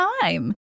time